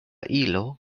ilo